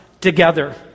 together